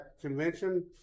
convention